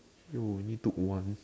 you need to one